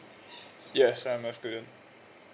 yes I'm a student